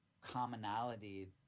commonality